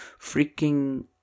freaking